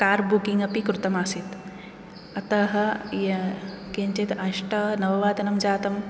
car booking अपि कृतमासीत् अतः य किञ्चित् अष्ट नववादनं जातं